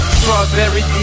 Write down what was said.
Strawberry